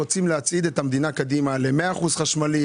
רוצים להצעיד את המדינה קדימה ל-100% חשמלי,